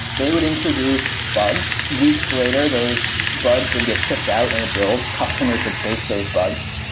they would introduce bugs. weeks later, those bugs would get shipped out in a build. customers would face those bugs.